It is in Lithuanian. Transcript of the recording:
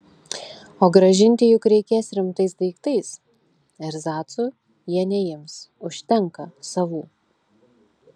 o grąžinti juk reikės rimtais daiktais erzacų jie neims užtenka savų